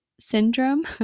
syndrome